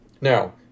Now